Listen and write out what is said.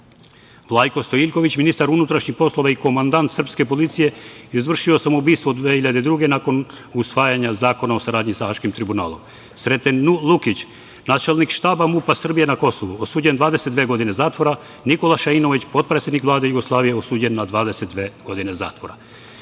Vlajko Stojiljković, ministar unutrašnjih poslova i komandant srpske policije, izvršio samoubistvo 2002. godine, nakon usvajanja Zakona o saradnji sa Haškim tribunalom; Sreten Lukić, načelnik štaba MUP-a Srbije na Kosovu, osuđen na 22 godine zatvora; Nikola Šainović, potpredsednik Vlade Jugoslavije, osuđen na 22 godine zatvora.